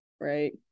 right